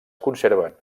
conserven